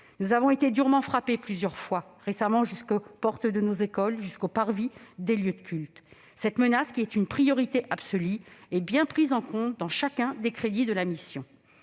Nous avons été plusieurs fois durement frappés récemment, jusqu'aux portes de nos écoles, jusqu'aux parvis des lieux de culte. Cette menace, qui est une priorité absolue, est bien prise en compte dans chacun des crédits de la mission.